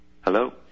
Hello